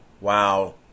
wow